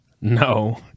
No